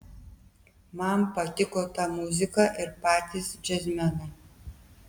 man patiko ta muzika ir patys džiazmenai